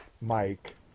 Mike